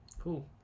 cool